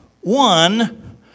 one